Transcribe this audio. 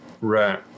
right